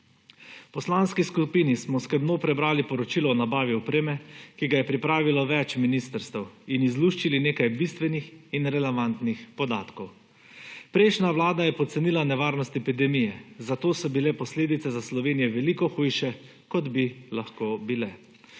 V poslanski skupini smo skrbno prebrali poročilo o nabavi opreme, ki ga je pripravilo več ministrstev in izluščili nekaj bistvenih in relevantnih podatkov. Prejšnja vlada je podcenila nevarnost epidemije, zato so bile posledice za Slovenijo veliko hujše, kot bi lahko bile.